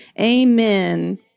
Amen